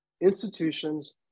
institutions